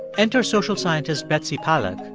enter social scientist betsy paluck,